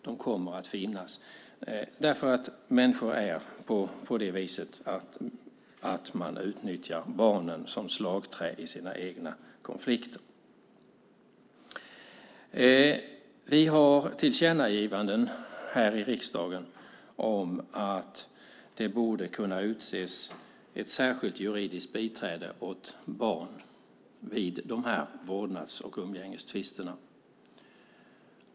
De kommer att finnas, därför att människor är på det viset att de utnyttjar barnen som slagträn i sina egna konflikter. Vi har tillkännagivanden här i riksdagen om att det borde kunna utses ett särskilt juridiskt biträde åt barn vid vårdnads och umgängestvister.